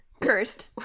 cursed